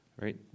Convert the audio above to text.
Right